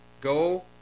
go